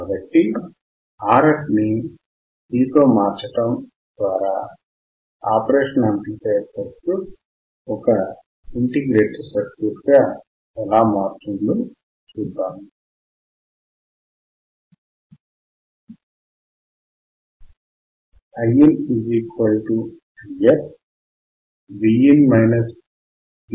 కాబట్టి Rf ని C తో మార్చటం ద్వారా ఆపరేషనల్ యాంప్లిఫైయర్ సర్క్యూట్ ఒక ఇంటిగ్రేటర్ సర్క్యూట్ గా ఎలా మారుతుందో చూద్దాము